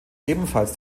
ebenfalls